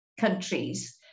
countries